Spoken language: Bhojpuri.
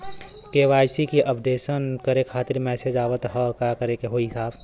के.वाइ.सी अपडेशन करें खातिर मैसेज आवत ह का करे के होई साहब?